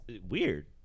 weird